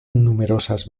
numerosas